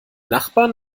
nachbarn